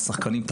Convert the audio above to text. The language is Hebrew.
השחקנים,